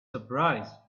surprised